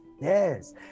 yes